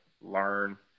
learn